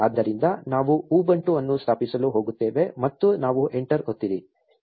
ಆದ್ದರಿಂದ ನಾವು ಉಬುಂಟು ಅನ್ನು ಸ್ಥಾಪಿಸಲು ಹೋಗುತ್ತೇವೆ ಮತ್ತು ನಾವು ಎಂಟರ್ ಒತ್ತಿರಿ